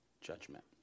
judgment